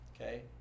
okay